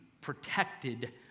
protected